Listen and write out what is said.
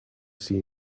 see